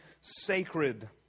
sacred